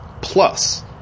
Plus